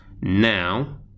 now